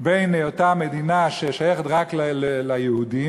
בין היותה מדינה ששייכת רק ליהודים